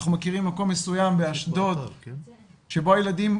אנחנו מכירים מקום מסוים באשדוד שבו מורידים את הילדים